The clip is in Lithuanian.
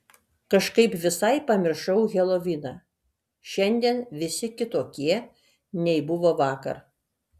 kažkaip visai pamiršau heloviną šiandien visi kitokie nei buvo vakar